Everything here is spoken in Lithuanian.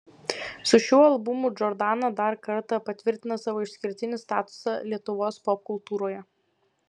su šiuo albumu džordana dar kartą patvirtina savo išskirtinį statusą lietuvos popkultūroje